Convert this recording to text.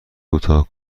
کوتاه